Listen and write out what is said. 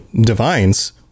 divines